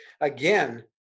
again